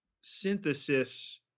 synthesis